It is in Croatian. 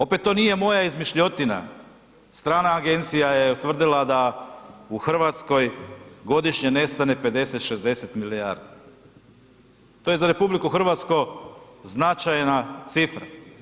Opet to nije moja izmišljotina, strana agencija je utvrdila da u RH godišnje nestane 50-60 milijardi, to je za RH značajna cifra.